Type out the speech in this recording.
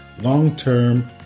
long-term